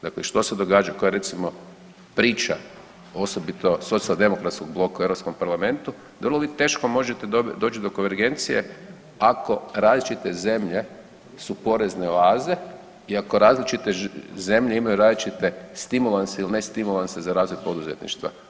Dakle, što se događa koja je recimo priča, osobito socijaldemokratskog bloka u Europskom parlamentu, da vi vrlo teško možete doći do konvergencije ako različite zemlje su porezne oaze i ako različite zemlje imaju različite stimulanse ili ne stimulanse za razvoj poduzetništva.